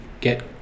get